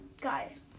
guys